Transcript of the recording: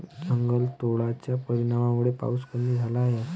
जंगलतोडाच्या परिणामामुळे पाऊस कमी झाला आहे